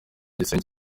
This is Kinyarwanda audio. gisenyi